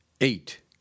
Eight